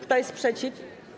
Kto jest przeciw?